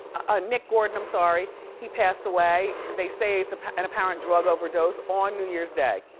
ah nick gordon, i'm sorry. he passed away. they say it's an apparent drug overdose on new year's day.